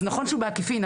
אז נכון שהוא בעקיפין,